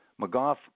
McGough